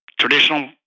traditional